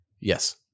Yes